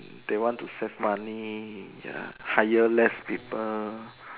they want to save money ya hire less people